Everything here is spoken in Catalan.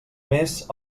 més